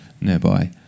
nearby